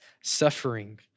suffering